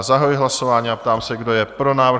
Zahajuji hlasování a ptám se, kdo je pro návrh?